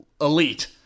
elite